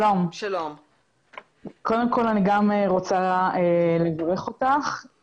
קודם כול, אני גם רוצה לברך אותך.